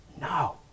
No